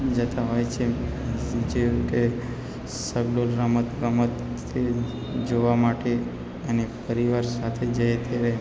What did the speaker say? જતાં હોય છીએ જેમકે ચકડોળ રમત ગમત તે જોવા માટે અને પરિવાર સાથે જઈએ ત્યારે